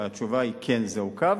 התשובה היא: כן, זה עוכב.